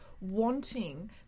wanting